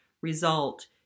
result